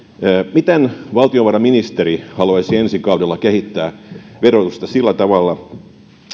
miten valtiovarainministeri haluaisi ensi kaudella kehittää verotusta sillä tavalla